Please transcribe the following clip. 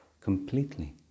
completely